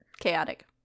chaotic